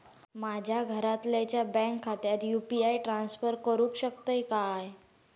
माझ्या घरातल्याच्या बँक खात्यात यू.पी.आय ट्रान्स्फर करुक शकतय काय?